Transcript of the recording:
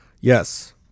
Yes